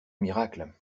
miracle